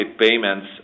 payments